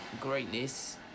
greatness